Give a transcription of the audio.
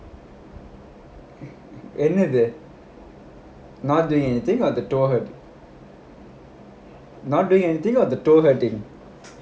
என்னது:ennathu not doing anything or the toes not doing anything or the toes hurting